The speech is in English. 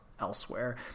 elsewhere